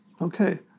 Okay